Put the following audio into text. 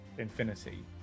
infinity